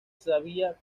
sabía